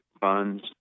funds